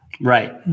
Right